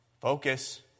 Focus